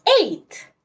eight